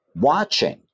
watching